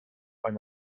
eine